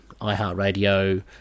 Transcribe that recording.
iHeartRadio